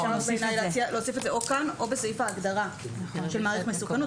אפשר אולי להציע להוסיף את זה או כאן או בסעיף ההגדרה של מעריך מסוכנות.